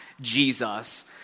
Jesus